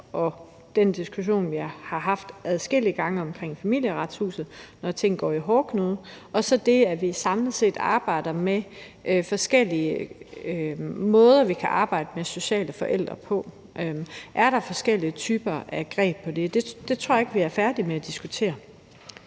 og den diskussion, vi har haft adskillige gange omkring Familieretshuset, når ting går i hårdknude, og så det, at vi samlet set arbejder med forskellige måder, vi kan arbejde med sociale forældre på. Er der forskellige typer af greb på det? Det tror jeg ikke vi er færdige med at diskutere.